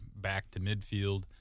back-to-midfield